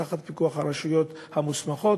תחת פיקוח הרשויות המוסמכות,